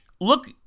Look